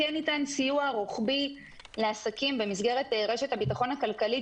כן ניתן סיוע רוחבי לעסקים במסגרת רשת הביטחון הכלכלית,